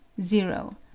zero